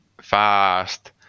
fast